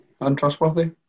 Untrustworthy